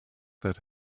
that